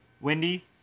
Wendy